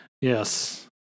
Yes